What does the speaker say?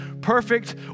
perfect